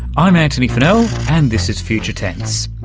i'm antony funnell and this is future tense.